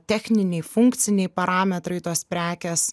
techniniai funkciniai parametrai tos prekės